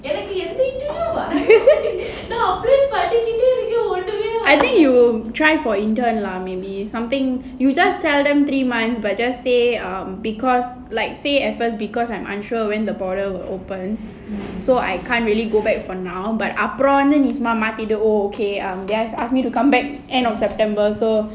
I think you try for intern lah maybe is something you just tell them three months but just say um because like say at first because I'm unsure when the border will open so I can't really go back for now but அப்புறம் நீ வந்து:apuram nee vandhu oh okay um they have asked me to come back end of september so